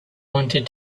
wanted